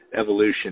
evolution